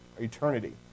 eternity